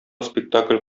спектакль